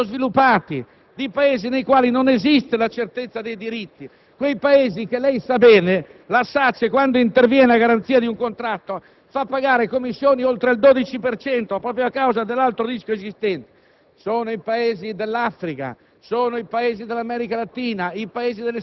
Decisioni di questo tipo, signor Ministro, sono proprie di Paesi sottosviluppati, nei quali non esiste la certezza dei diritti ed ai quali - come lei sa bene - la SACE, quando interviene a garanzia di un contratto, fa pagare commissioni superiori al 12 per cento, proprio a causa dell'alto rischio esistente